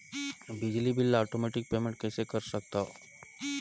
बिजली बिल ल automatic payment कइसे कर सकथव?